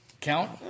count